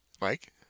Mike